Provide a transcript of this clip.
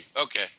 Okay